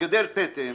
מגדל פטם